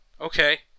Okay